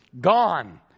Gone